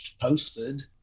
posted